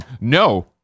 No